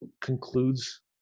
concludes